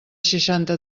seixanta